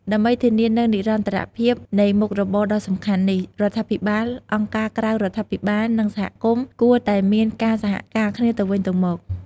ដើម្បីធានានូវនិរន្តរភាពនៃមុខរបរដ៏សំខាន់នេះ រដ្ឋាភិបាល អង្គការក្រៅរដ្ឋាភិបាល និងសហគមន៍គួរតែមានការសហការគ្នាទៅវិញទៅមក។